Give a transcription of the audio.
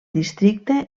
districte